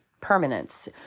permanence